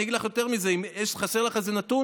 אני אגיד לך יותר מזה: אם חסר לך איזה נתון,